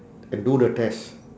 and do the test